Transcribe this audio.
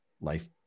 life